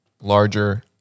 larger